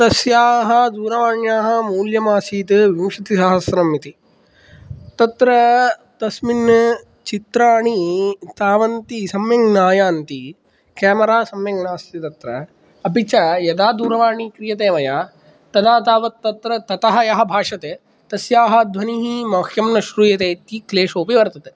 तस्याः दूरवाण्याः मूल्यमासीत् विंशतिसहस्त्रमीति तत्र तस्मिन् चित्राणि तावन्ती सम्यक् न आयान्ति केमेरा सम्यक् नास्ति तत्र अपि च यदा दूरवाणी क्रियते मया तदा तावत् तत्र ततः यः भाषते तस्याः ध्वनिः मह्यं न श्रुयते इति क्लेशोऽपि वर्तते